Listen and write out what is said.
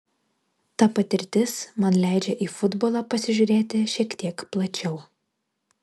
ta patirtis man leidžia į futbolą pasižiūrėti šiek tiek plačiau